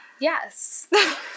Yes